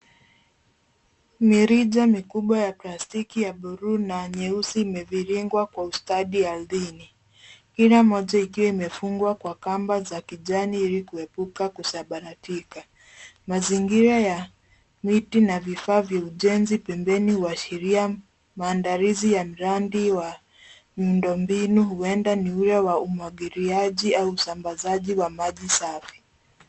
Mirija mikubwa ya plastiki ya blue na nyeusi imeviringwa kwa ustadi ardhini. Kila moja ikiwa imefungwa kwa kamba za kijani ili kuepuka kusambaratika. Mazingira ya miti na vifaa vya ujenzi pembeni huashiria maandalizi ya miradi wa miundo mbinu, huenda ni ule wa umwagiliaji au usambazaji wa maji safi.